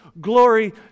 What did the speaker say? glory